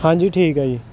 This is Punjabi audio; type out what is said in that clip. ਹਾਂਜੀ ਠੀਕ ਹੈ ਜੀ